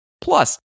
Plus